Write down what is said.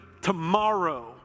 tomorrow